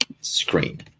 screen